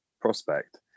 prospect